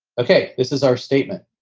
ok, this is our statement.